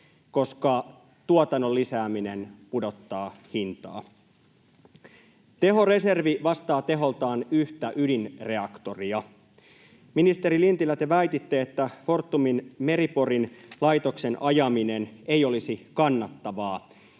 koska tuotannon lisääminen pudottaa hintaa. Tehoreservi vastaa teholtaan yhtä ydinreaktoria. Ministeri Lintilä, te väititte, että Fortumin Meri-Porin-laitoksen ajaminen ei olisi kannattavaa.